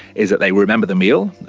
is that they remember the meal,